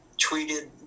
Tweeted